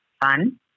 fun